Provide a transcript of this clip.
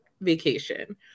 vacation